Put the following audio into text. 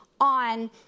on